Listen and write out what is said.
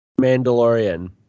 Mandalorian